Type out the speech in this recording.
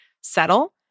settle